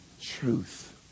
truth